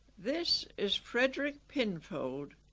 this is frederick pinfold,